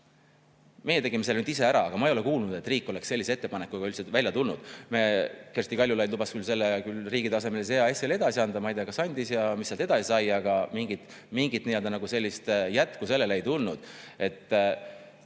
Meie tegime selle ise ära, aga ma ei ole kuulnud, et riik oleks sellise ettepanekuga välja tulnud. Kersti Kaljulaid lubas selle riigi tasemel EAS-ile edasi anda. Ma ei tea, kas andis ja mis edasi sai, aga mingit sellist jätku sellele ei tulnud.